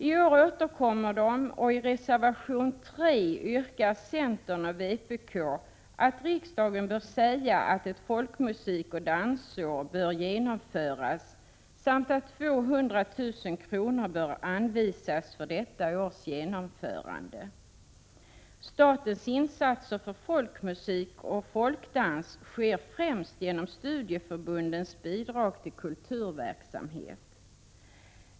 I år återkommer dessa motioner, och i reservation 3 yrkar centern och vpk att riksdagen bör säga att ett folkmusikoch dansår bör arrangeras samt att 200 000 kr. bör anvisas för detta. Statens insatser för folkmusik och folkdans sker främst genom studieförbundens bidrag till kulturverksamhet.